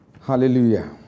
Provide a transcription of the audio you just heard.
Hallelujah